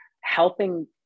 helping